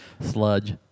Sludge